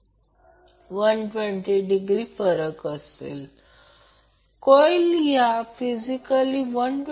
परंतु कधीही RL R g असू शकत नाही ते √mod g √R g 2 असेल ते g √R g 2 x g 2 RL असेल